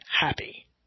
happy